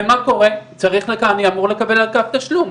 ומה קורה, אני אמור לקבל על כך תשלום.